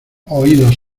oídos